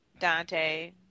Dante